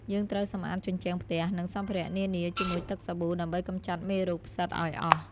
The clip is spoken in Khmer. យើងត្រូវសម្អាតជញ្ជាំងផ្ទះ និងសម្ភារៈនានាជាមួយទឹកសាប៊ូដើម្បីកម្ចាត់មេរោគផ្សិតឱ្យអស់។